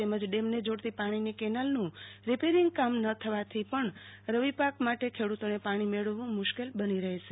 તેમજ ડેમને જોડતી પાણીની કેનાલનું રીપેરીંગ કામ ન થવાથી પણ રવિપાક માટે ખેડૂતોને પાણી મેળવવું મુશ્કેલ બની રહેશે